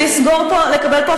אני משרת שלך, שלכם, של הציבור.